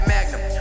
Magnum